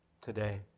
today